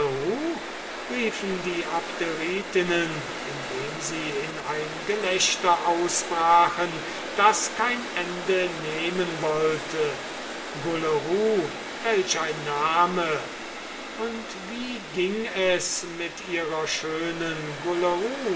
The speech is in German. riefen die abderitinnen indem sie in ein gelächter ausbrachen das kein ende nehmen wollte gulleru welch ein name und wie ging es mit ihrer schönen